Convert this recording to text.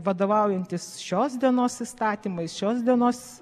vadovaujantis šios dienos įstatymais šios dienos